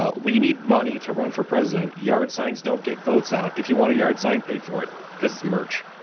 ah we need money to run for president. yard signs don't get votes out. if you want a yard sign, pay for it, cause it's merch.